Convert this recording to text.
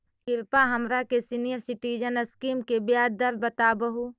कृपा हमरा के सीनियर सिटीजन स्कीम के ब्याज दर बतावहुं